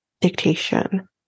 dictation